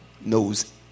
knows